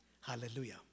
Hallelujah